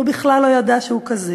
והוא בכלל לא ידע שהוא כזה",